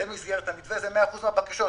זו מסגרת המתווה, זה 100% מהבקשות.